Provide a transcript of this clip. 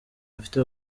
bafite